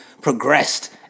progressed